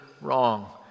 wrong